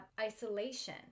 isolation